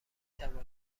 توانید